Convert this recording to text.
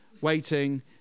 waiting